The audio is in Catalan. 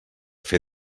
fer